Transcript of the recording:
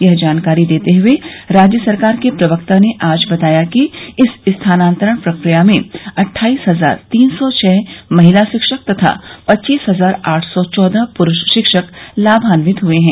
यह जानकारी देते हुए राज्य सरकार के प्रवक्ता ने आज बताया कि इस स्थानान्तरण प्रक्रिया में अट्ठाईस हजार तीन सौ छः महिला शिक्षक तथा पच्चीस हजार आठ सौ चौदह पुरूष शिक्षक लाभान्वित हुए हैं